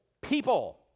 people